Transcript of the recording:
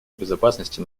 безопасности